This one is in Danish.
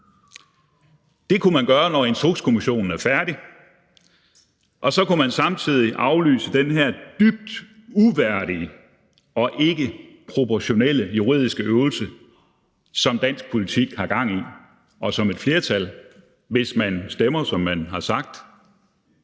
Det kunne man gøre, når Instrukskommissionen er færdig, og så kunne man samtidig aflyse den her dybt uværdige og ikkeproportionelle juridiske øvelse, som dansk politik har gang i, og som et flertal, hvis man stemmer, som man har sagt,